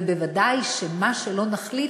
וודאי שמה שלא נחליט,